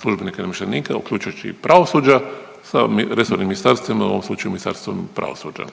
službenika i namještenika, uključujući i pravosuđa sa resornim Ministarstvima, u ovom slučaju Ministarstvo pravosuđa.